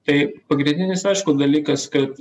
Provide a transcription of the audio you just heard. tai pagrindinis aišku dalykas kad